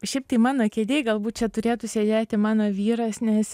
šiaip tai mano kėdėj galbūt čia turėtų sėdėti mano vyras nes